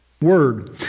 word